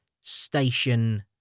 station